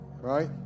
right